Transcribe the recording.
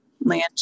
land